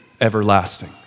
everlasting